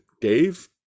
Dave